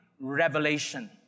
revelation